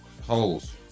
holes